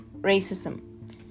racism